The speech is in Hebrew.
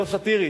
לא סאטירית,